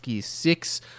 six